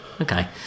okay